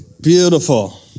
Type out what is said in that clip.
Beautiful